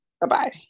Bye-bye